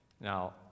Now